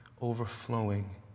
overflowing